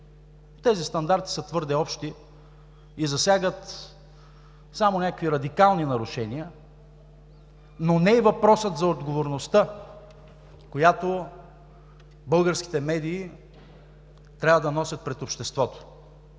Тези стандарти са твърде общи и засягат само някакви радикални нарушения, но не и въпроса за отговорността, която българските медии, трябва да носят пред обществото,